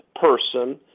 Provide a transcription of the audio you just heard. person